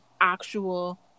actual